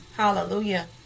Hallelujah